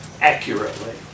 accurately